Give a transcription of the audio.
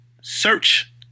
Search